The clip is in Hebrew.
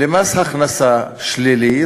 למס הכנסה שלילי,